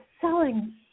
selling